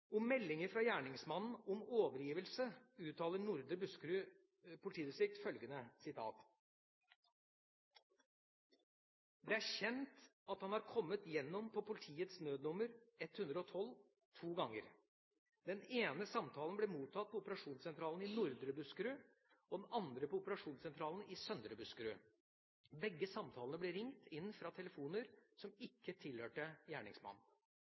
Om meldinger fra gjerningsmannen om overgivelse uttaler Nordre Buskerud politidistrikt følgende: «Det er kjent at han har kommet gjennom på politiets nødnummer 112 – to ganger. Den ene samtalen ble mottatt på operasjonssentralen i Nordre Buskerud og den andre på operasjonssentralen i Søndre Buskerud. Begge samtalene ble ringt inn fra telefoner som ikke tilhørte gjerningsmannen.